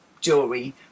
jewelry